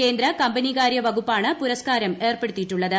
കേന്ദ്ര കമ്പനികാരൃ വകുപ്പാണ് പുരസ്കാരം ഏർപ്പെടുത്തിയിട്ടുള്ളത്